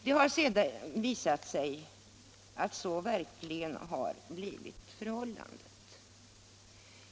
Det har sedan visat sig att så verkligen har blivit förhållandet.